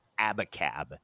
Abacab